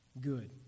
good